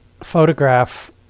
photograph